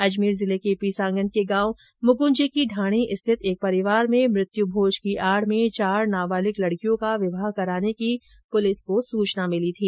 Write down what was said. अजमेर जिले के पीसांगन के गांव मुकंजी की ढाणी रिथित एक परिवार में मुत्य भोज की आड में चार नाबालिग लड़कियों का विवाह कराने की पुलिस को सूचना मिली थी